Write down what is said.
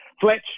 Fletch